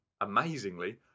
amazingly